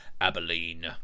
Abilene